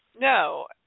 no